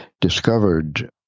discovered